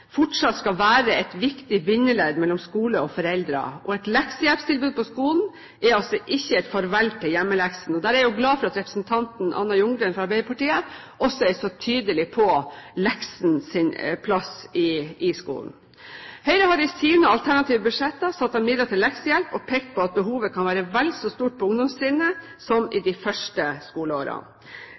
fortsatt skal være et viktig bindeledd mellom skole og foreldre, og at leksehjelptilbud på skolen ikke er et farvel til hjemmeleksene. Jeg er glad for at representanten Anna Ljunggren fra Arbeiderpartiet også er så tydelig på leksenes plass i skolen. Høyre har i sine alternative budsjetter satt av midler til leksehjelp og pekt på at behovet kan være vel så stort på ungdomstrinnet som i de første